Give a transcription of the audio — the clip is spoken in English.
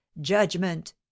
judgment